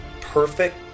perfect